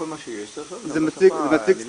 כל מה שיש צריך להיות בשפה הערבית.